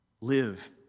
Live